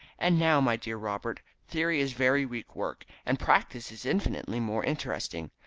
and now, my dear robert, theory is very weak work, and practice is infinitely more interesting.